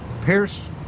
Pierce